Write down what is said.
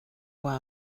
where